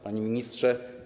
Panie Ministrze!